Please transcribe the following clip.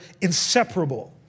inseparable